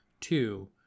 two